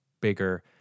bigger